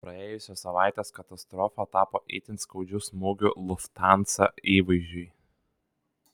praėjusios savaitės katastrofa tapo itin skaudžiu smūgiu lufthansa įvaizdžiui